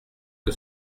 que